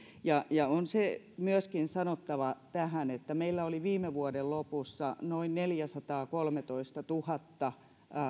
ja ja on myöskin sanottava tähän että meillä oli viime vuoden lopussa noin neljäsataakolmetoistatuhatta